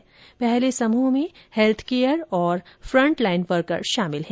पहले समूह में हैल्थकेयर और फ़ंटलाइन वर्कर शामिल हैं